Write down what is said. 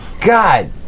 God